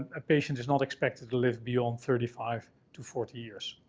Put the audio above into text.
a patient is not expected to live beyond thirty five to forty years.